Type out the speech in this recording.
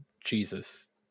Jesus